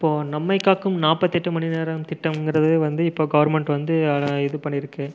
இப்போது நம்மைக் காக்கும் நாற்பத்தெட்டு மணி நேரம் திட்டங்கிறது வந்து இப்போ கவர்ன்மெண்ட் வந்து இது பண்ணி இருக்குது